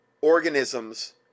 organisms